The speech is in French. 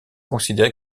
considéré